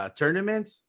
tournaments